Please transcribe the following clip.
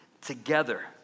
together